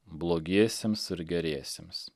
blogiesiems ir geriesiems